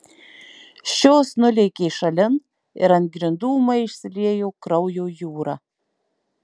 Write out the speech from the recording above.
šios nulėkė šalin ir ant grindų ūmai išsiliejo kraujo jūra